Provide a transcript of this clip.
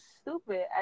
stupid